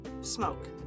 smoke